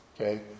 Okay